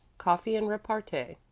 coffee and repartee.